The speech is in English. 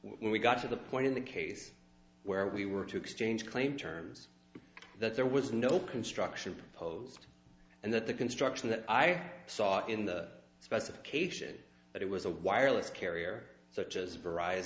when we got to the point in the case where we were to exchange claim terms that there was no construction proposed and that the construction that i saw in the specification that it was a wireless carrier such as veri